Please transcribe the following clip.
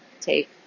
take